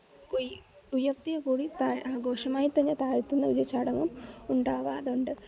കൊടി ഉയർത്തിയ കൊടി ആഘോഷമായി തന്നെ താഴ്ത്തുന്ന ഒരു ചടങ്ങും ഉണ്ടാവാറുണ്ട്